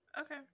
Okay